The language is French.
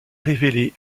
révélé